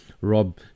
rob